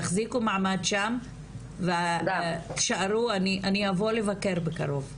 תחזיקו מעמד שם ותישארו אני יבוא לבקר בקרוב.